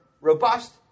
robust